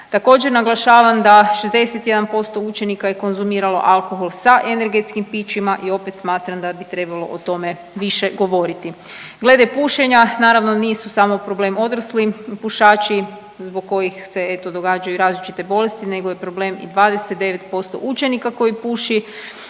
Također naglašavam da 61% učenika je konzumiralo alkohol sa energetskim pićima i opet smatram da bi trebalo o tome više govoriti. Glede pušenja naravno nisu samo problem odrasli pušači zbog kojih se eto događaju i različite bolesti nego je problem i 29% učenika koji puši,